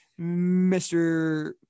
Mr